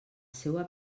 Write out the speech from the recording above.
seua